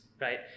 right